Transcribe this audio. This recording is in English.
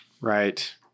Right